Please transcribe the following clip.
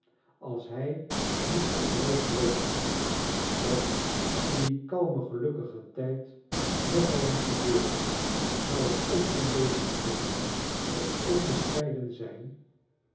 als hij niet op droog brood zat dat in dien kalmen gelukkigen tijd nog al eens gebeurde zou het ongelegen komen of onbescheiden zijn